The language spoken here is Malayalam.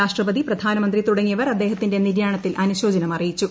രാഷ്ട്രപതി പ്രധാനമന്ത്രി തുടങ്ങിയവർ അദ്ദേഹത്തിന്റെ നിര്യാണത്തിൽ അനുശോചനമറിയിച്ചു